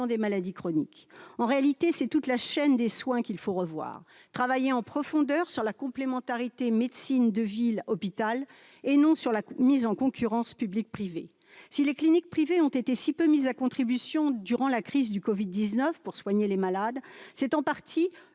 des maladies chroniques. En réalité, c'est toute la chaîne des soins qu'il faut revoir, en travaillant en profondeur sur la complémentarité entre médecine de ville et hôpital, et non sur la mise en concurrence du public et du privé. Si les cliniques privées ont été si peu mises à contribution durant la crise du Covid-19 pour soigner les malades, c'est en partie